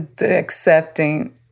Accepting